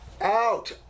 out